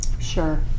Sure